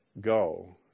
go